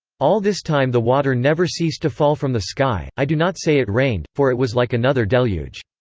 all this time the water never ceased to fall from the sky i do not say it rained, for it was like another deluge.